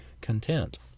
content